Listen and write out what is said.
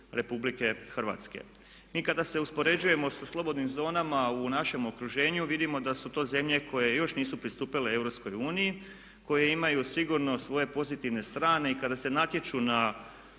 RH. Mi kada se uspoređujemo sa slobodnim zonama u našem okruženju vidimo da su to zemlje koje još nisu pristupile EU, koje imaju sigurno svoje pozitivne strane i kada se natječu na